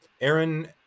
Aaron